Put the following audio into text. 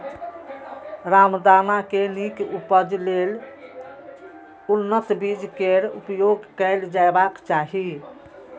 रामदाना के नीक उपज लेल उन्नत बीज केर प्रयोग कैल जेबाक चाही